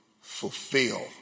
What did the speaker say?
fulfill